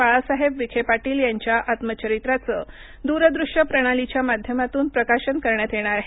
बाळासाहेब विखे पाटील यांच्या आत्मचरित्राचं दूरदृश्य प्रणालीच्या माध्यमातून प्रकाशन करण्यात येणार आहे